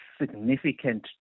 significant